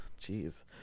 Jeez